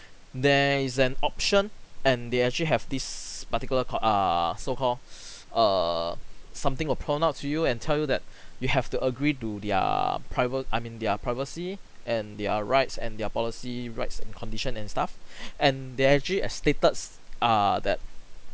there is an option and they actually have this particular called err so call err something will prone out to you and tell you that you have to agree to their private I mean their privacy and their rights and their policy rights and condition and stuff and they actually uh stated s~ err that